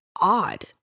odd